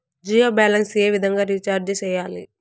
Jio balance ఏ విధంగా recharge సేయాలి?